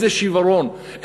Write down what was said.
איזה שיברון,